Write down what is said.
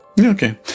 Okay